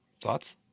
Thoughts